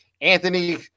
anthony